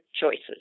choices